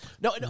No